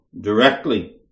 directly